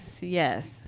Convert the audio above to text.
yes